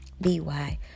B-Y